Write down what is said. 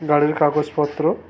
গাড়ির কাগজপত্র